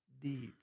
deeds